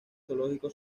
zoológico